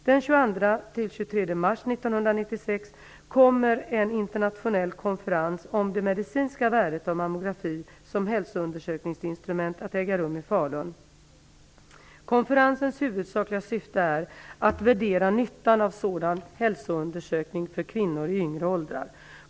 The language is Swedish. Den 22-23 mars 1996 kommer en internationell konferens om det medicinska värdet av mammografi som hälsoundersökningsinstrument att äga rum i Falun. Konferensens huvudsakliga syfte är att värdera nyttan av sådana hälsoundersökningar för kvinnor i yngre åldrar.